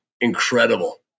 incredible